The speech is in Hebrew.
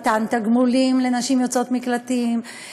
מתן תגמולים לנשים יוצאות מקלטים,